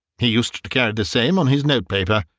he used to carry the same on his note-paper.